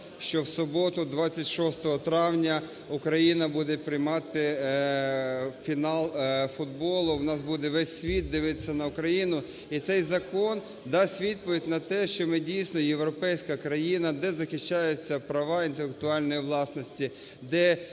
що в суботу 26 травня Україна буде приймати фінал футболу, у нас буде весь світ дивитися на Україну. І цей закон дасть відповідь на те, що ми, дійсно, європейська країна, де захищаються права інтелектуальної власності,